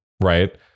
Right